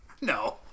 No